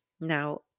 Now